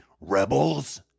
Rebels